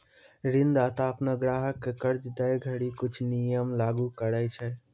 ऋणदाता अपनो ग्राहक क कर्जा दै घड़ी कुछ नियम लागू करय छै